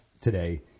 today